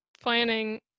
planning